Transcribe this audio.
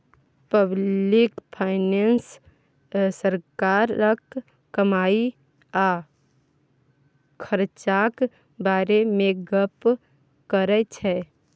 public finance सरकारक कमाई आ खरचाक बारे मे गप्प करै छै